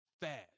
fast